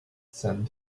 said